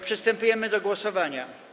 Przystępujemy do głosowania.